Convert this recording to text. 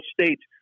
states